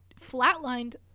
flatlined